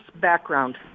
background